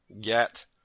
get